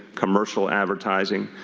commercial advertising.